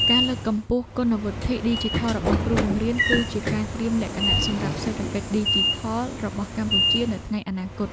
ការលើកកម្ពស់គុណវុឌ្ឍិឌីជីថលរបស់គ្រូបង្រៀនគឺជាការត្រៀមលក្ខណៈសម្រាប់សេដ្ឋកិច្ចឌីជីថលរបស់កម្ពុជានៅថ្ងៃអនាគត។